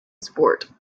sport